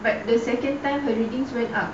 but the second time thing